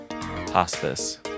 Hospice